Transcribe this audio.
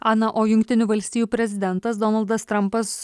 ana o jungtinių valstijų prezidentas donaldas trampas